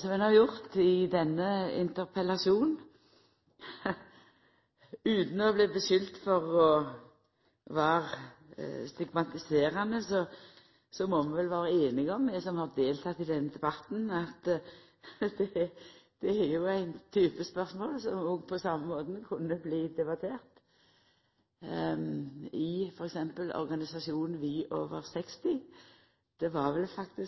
som ein har gjort i denne interpellasjonsdebatten. Utan å bli skulda for å vera stigmatiserande må vi vel vera einige om, vi som har delteke i denne debatten, at dette er ein type spørsmål som òg på same måten kunne vorte debattert i f.eks. organisasjonen Vi Over 60. Det er vel